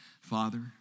Father